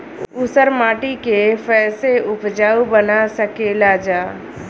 ऊसर माटी के फैसे उपजाऊ बना सकेला जा?